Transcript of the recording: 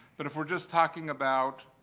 but if we're just talking about,